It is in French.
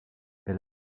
elle